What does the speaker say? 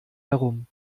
herum